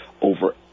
over